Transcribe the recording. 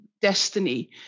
destiny